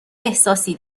احساسی